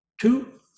Two